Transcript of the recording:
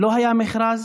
יש לי את המסמך